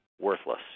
worthless